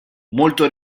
molto